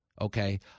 Okay